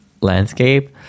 landscape